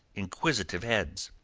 inquisitive heads.